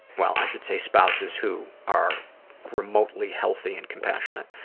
well, i should say, spouses who are remotely healthy and compassionate.